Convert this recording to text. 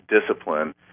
discipline